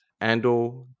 Andor